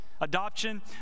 adoption